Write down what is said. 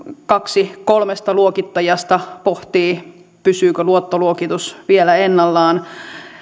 kaksi kolmesta luokittajasta pohtii pysyykö luottoluokitus vielä ennallaan